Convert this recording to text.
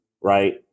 Right